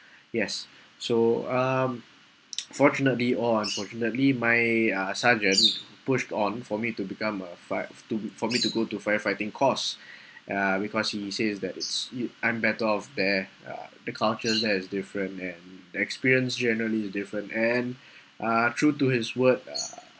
yes so um fortunately or unfortunately my uh sergeant pushed on for me to become a fire~ to for me to go to firefighting course uh because he says that it's you I'm better off there uh the culture there's different and the experience generally is different and uh true to his word uh